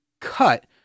cut